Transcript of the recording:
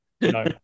No